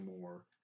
more